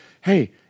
hey